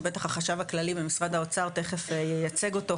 שבטח החשב הכלכלי במשרד האוצר תיכף ייצג אותו,